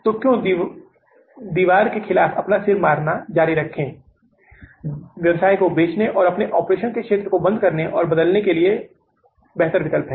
तो क्यों दीवार के खिलाफ अपने सिर को मारना जारी रखें व्यवसाय को बेचने या अपने ऑपरेशन के क्षेत्र को बंद करने और बदलने के लिए बेहतर है